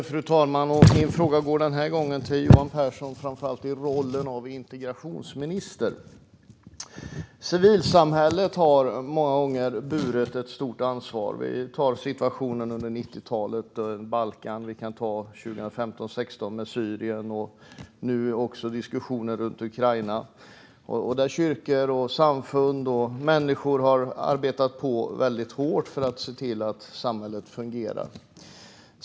Fru talman! Min fråga går denna gång till Johan Pehrson, särskilt i hans roll som integrationsminister. Civilsamhället har många gånger burit ett stort ansvar. Vi kan se på hur det var under 1990-talet med Balkan eller under 2015-2016 med Syrien och på den diskussion när det gäller Ukraina som vi har nu. Där har kyrkor, samfund och enskilda arbetat på väldigt hårt för att se till att samhället fungerar.